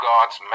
Gods